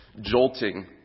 jolting